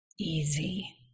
easy